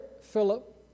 Philip